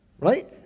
Right